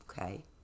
Okay